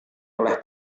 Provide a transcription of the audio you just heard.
oleh